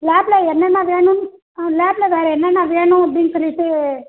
லாப்ல என்னென்ன வேணும் லாப்ல வேறு என்னென்ன வேணும் அப்படின்னு சொல்லிட்டு